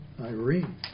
Irene